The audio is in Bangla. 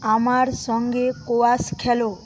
আমার সঙ্গে স্কোয়াশ খেলো